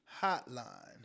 hotline